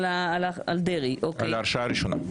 על ההרשעה הראשונה.